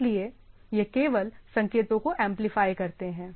इसलिए यह केवल संकेतों को एंपलीफाय करते है